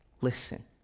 listen